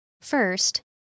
First